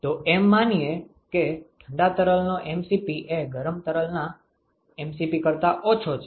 તો એમ માનીએ કે ઠંડા તરલનો mCp એ ગરમ તરલના mCp કરતા ઓછો છે